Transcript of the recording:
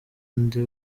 undi